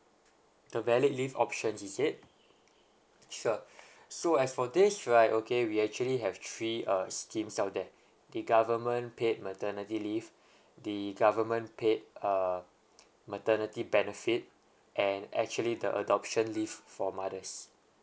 the valid leave options is it sure so as for this right okay we actually have three err schemes out there the government paid maternity leave the government paid uh maternity benefit and actually the adoption leave for mothers